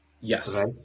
Yes